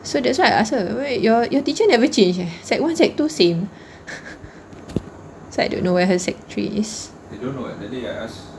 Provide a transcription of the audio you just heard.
so that's why I ask her wait your your teacher never eh set one set two same so I don't know where set three is